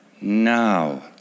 now